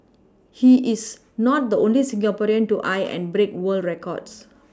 he is not the only Singaporean to eye and break world records